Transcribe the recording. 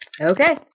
Okay